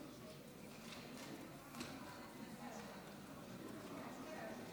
רבותיי